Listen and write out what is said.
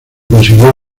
consiguió